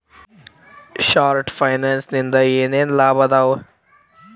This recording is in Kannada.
ಶಾರ್ಟ್ ಫೈನಾನ್ಸಿನಿಂದ ಏನೇನ್ ಲಾಭದಾವಾ